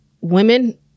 women